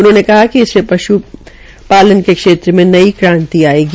उन्होंने कहा कि इससे पश्पालन के क्षेत्र में कई क्रांति आयेगी